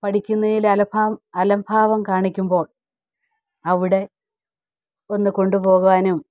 പഠിക്കുന്നതിൽ അലംഭാവം കാണിക്കുമ്പോൾ അവിടെ ഒന്ന് കൊണ്ടുപോകാനും